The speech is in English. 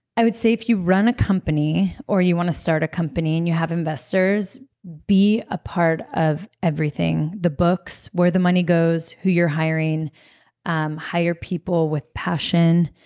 i would say if you run a company or you want to start a company and you have investors, be a part of everything, the books, where the money goes, who you're hiring um hire people with passion,